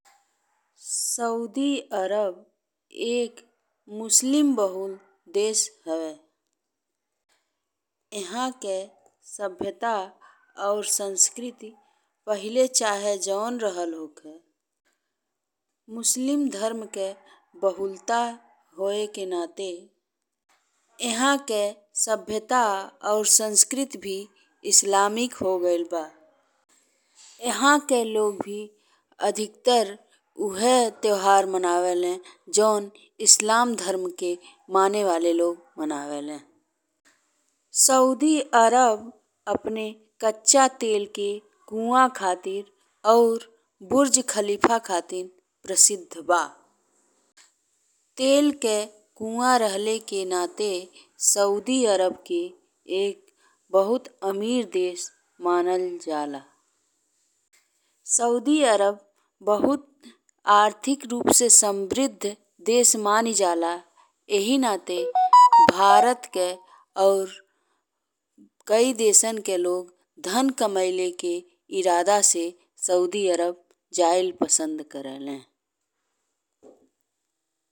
Saudi Arab एक Muslim बहुल देश हवे। इहाँ के सभ्यता और संस्कृति पहिले चाहे जौन रहल होखे मुस्लिम धर्म के बहुलता होखे के नाते इहाँ के सभ्यता और संस्कृति भी इस्लामिक हो गइल बा। इहाँ के लोग भी अधिकतर उहे त्योहार मनावेलें जौन इस्लाम धर्म के माने वाले लोग मनावेलें। सऊदी अरब अपने कच्चा तेल के कुआ खातिर और बुर्ज खलीफा खतिन प्रसिद्ध बा। तेल के कुआ रहल के नाते सऊदी अरब एक बहुत अमीर देश मानल जाला। सऊदी अरब बहुत आर्थिक रूप से समृद्ध देश मानी जाला। इही नाते भारत के और कइ देशन के लोग धन कमईले के इरादा से सऊदी अरब जाएल पसंद करेलें।